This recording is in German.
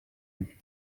geben